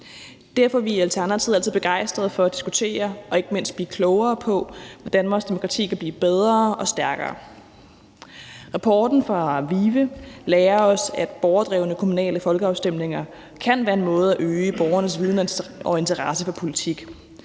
Derfor er vi i Alternativet altid begejstrede for at diskutere og ikke mindst blive klogere på, hvordan vores demokrati kan blive bedre og stærkere. Rapporten fra VIVE lærer os, at borgerdrevne kommunale folkeafstemninger kan være en måde at øge borgernes viden og interesse for politik